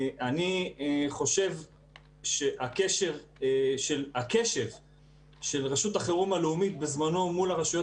אני חושב שהקשב של רשות החירום הלאומית בזמנו מול הרשויות